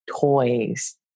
toys